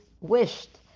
wished